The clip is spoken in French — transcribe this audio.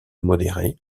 modérées